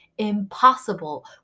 impossible